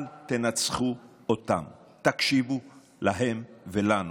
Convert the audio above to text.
אל תנצחו אותם, תקשיבו להם ולנו.